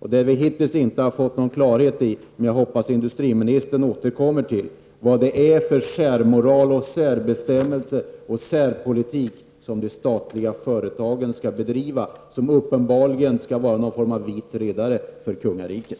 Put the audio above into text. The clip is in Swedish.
Det som vi hittills inte har fått någon klarhet i, och som jag hoppas att industriministern återkommer till, är vad det är för särmoral, särbestämmelser och särpolitik som de statliga företagen skall bedriva, vilka uppenbarligen skall vara någon sorts vita riddare för kungariket.